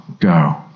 go